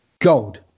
Gold